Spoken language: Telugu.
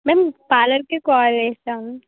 మేం పార్లర్కి కాల్ చేసాం